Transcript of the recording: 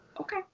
okay